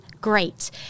great